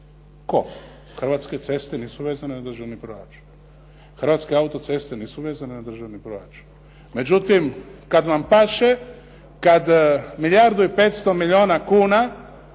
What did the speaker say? Tko? Hrvatske ceste nisu vezane na državni proračun? Hrvatske autoceste nisu vezane na državni proračun? Međutim, kad vam paše, kad milijardu i 500 milijuna kuna